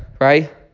right